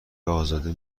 ازاده